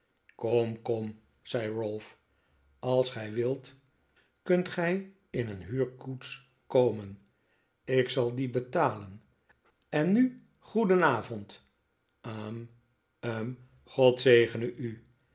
kom kom zei ralph als gij wilt kunt gij in een huurkoets komen ik zal die betalen en nu goedenavond hm hm god zegene u